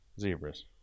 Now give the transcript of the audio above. Zebras